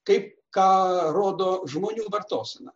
kaip ką rodo žmonių vartosena